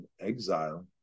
exile